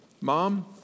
Mom